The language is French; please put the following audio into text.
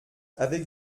avec